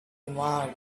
marked